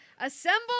Assemble